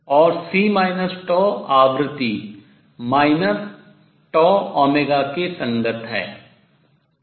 और C आवृत्ति τω के संगत है